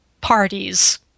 parties